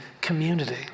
community